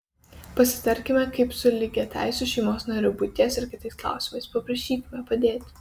pasitarkime kaip su lygiateisiu šeimos nariu buities ar kitais klausimais paprašykime padėti